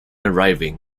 arriving